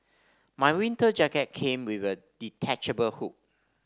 my winter jacket came with a detachable hood